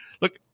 look